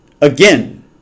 again